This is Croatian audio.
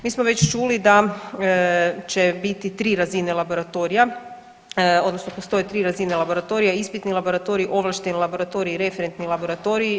Mi smo već čuli da će biti 3 razine laboratorija, odnosno postoje 3 razine laboratorija, ispitni laboratorij, ovlašteni laboratorij i referentni laboratoriji.